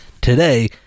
Today